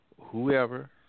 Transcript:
whoever